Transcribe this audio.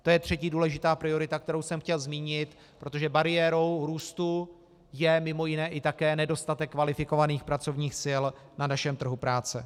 To je třetí důležitá priorita, kterou jsem chtěl zmínit, protože bariérou růstu je mj. i také nedostatek kvalifikovaných pracovních sil na našem trhu práce.